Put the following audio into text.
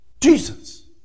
Jesus